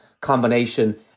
combination